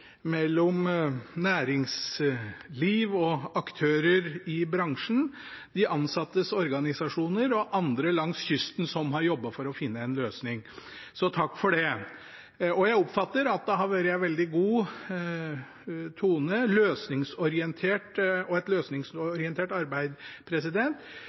mellom posisjon og opposisjon, mellom næringsliv og aktører i bransjen, de ansattes organisasjoner og andre langs kysten som har jobbet for å finne en løsning. Så takk for det. Jeg oppfatter at det har vært en veldig god tone og et